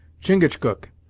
chingachgook,